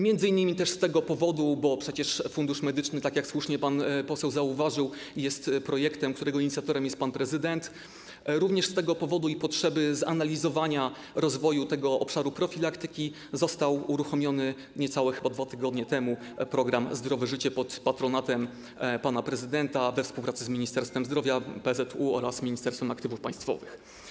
Między innymi z tego powodu - przecież Fundusz Medyczny, tak jak słusznie pan poseł zauważył, jest projektem, którego inicjatorem jest pan prezydent - i z potrzeby zanalizowania rozwoju obszaru profilaktyki został uruchomiony chyba niecałe 2 tygodnie temu program ˝Zdrowe życie˝ pod patronatem pana prezydenta we współpracy z Ministerstwem Zdrowia, PZU oraz Ministerstwem Aktywów Państwowych.